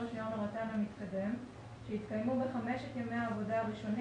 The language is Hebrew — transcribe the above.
רישיון הרט"ו המתקדם שהתקיימו בחמשת ימי העבודה הראשונים